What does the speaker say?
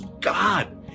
God